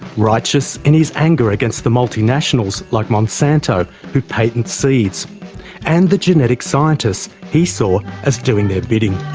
righteous in his anger against the multinationals like monsanto who patent seeds and the genetic scientists he saw as doing their bidding.